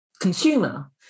consumer